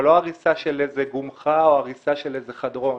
אבל לא הריסה של איזה גומחה או הריסה של איזה חדרון.